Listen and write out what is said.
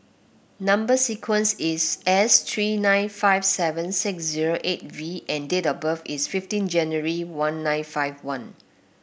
number sequence is S three nine five seven six zero eight V and date of birth is fifteen January one nine five one